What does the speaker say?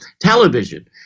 television